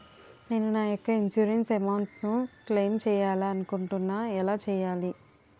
నేను నా యెక్క ఇన్సురెన్స్ అమౌంట్ ను క్లైమ్ చేయాలనుకుంటున్నా ఎలా చేయాలి?